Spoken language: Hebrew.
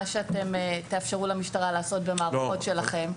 מה שאתם תאפשרו למשטרה לעשות במערכות שלכם,